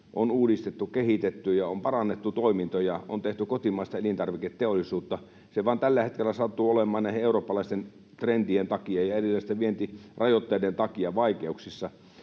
on uudistettu, kehitetty ja on parannettu toimintoja, on tehty kotimaista elintarviketeollisuutta, mutta se vain tällä hetkellä sattuu olemaan näiden eurooppalaisten trendien takia ja erilaisten vientirajoitteiden takia vaikeuksissa.